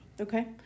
Okay